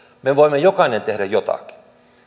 me voimme jokainen tehdä jotakin